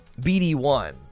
BD1